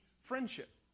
friendship